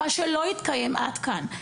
מה שלא התקיים עד כאן.